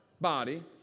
body